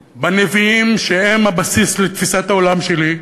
בנביאים, שהם הבסיס לתפיסת העולם שלי,